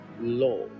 law